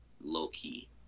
low-key